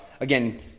again